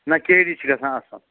نہَ کے ڈی چھِ گژھان اَصٕل